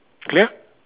clear